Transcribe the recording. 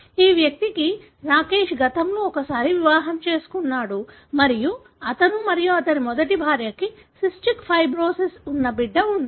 ఈ వ్యక్తికి రాకేష్ గతంలో ఒకసారి వివాహం చేసుకున్నాడు మరియు అతనికి మరియు అతని మొదటి భార్యకు సిస్టిక్ ఫైబ్రోసిస్ ఉన్న బిడ్డ ఉంది